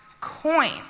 coin